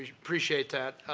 ah appreciate that.